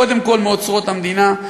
קודם כול מאוצרות המדינה,